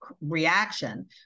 reaction